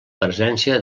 presència